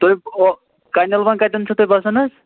تُہۍ اوٚ کَنٮ۪لوَن کَتٮ۪ن چھُو تُہۍ بَسان حظ